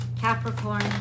Capricorn